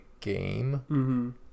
game